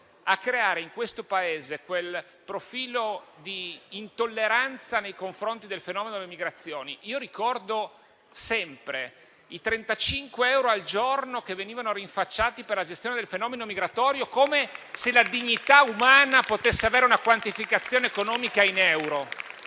a creare in questo Paese un profilo di intolleranza nei confronti del fenomeno delle migrazioni. Ricordo sempre i 35 euro al giorno che venivano rinfacciati per la gestione del fenomeno migratorio, come se la dignità umana potesse avere una quantificazione economica in euro.